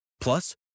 Plus